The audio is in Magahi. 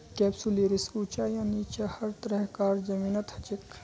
कैप्सुलैरिस ऊंचा या नीचा हर तरह कार जमीनत हछेक